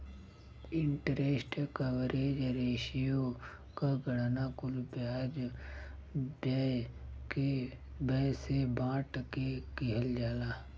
interest coverage ratio क गणना कुल ब्याज व्यय से बांट के किहल जाला